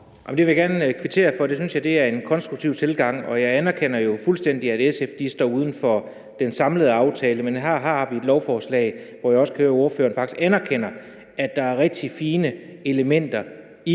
Det vil jeg gerne kvittere for. Det synes jeg er en konstruktiv tilgang, og jeg anerkender jo fuldstændig, at SF de står uden for den samlede aftale. Men her har vi et lovforslag, som jeg også kan høre at ordføreren faktisk anerkender at der er rigtig fine elementer i.